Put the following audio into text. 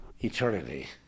eternity